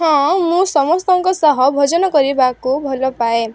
ହଁ ମୁଁ ସମସ୍ତଙ୍କ ସହ ଭୋଜନ କରିବାକୁ ଭଲପାଏ